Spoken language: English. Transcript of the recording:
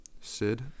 Sid